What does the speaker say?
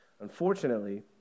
Unfortunately